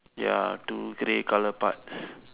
ya two grey color parts